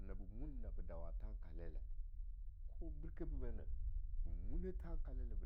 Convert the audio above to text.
Nabe mun nabe dawa thankalele ko birkeh bibeneh ba muna thankalele